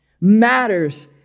matters